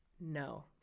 No